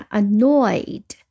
annoyed